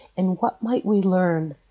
and what might we learn?